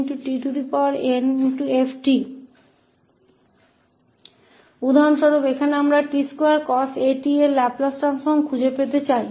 तो यहाँ हमउदाहरण के लिए t2 cos के लैपलेस ट्रांसफ़ॉर्म को खोजना चाहते हैं